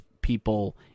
people